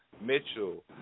Mitchell